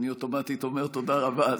אני אוטומטית אומר תודה רבה.